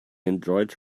enjoyed